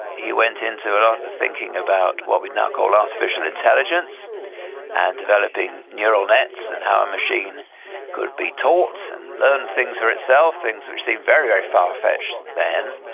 he went into a lot of thinking about what we'd now called artificial intelligence and developing neural nets and how a machine could be taught and learn things for itself, things which seemed very, very far-fetched then,